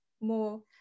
more